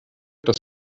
dass